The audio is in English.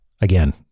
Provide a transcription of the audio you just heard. again